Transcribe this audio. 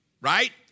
right